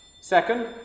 Second